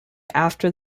after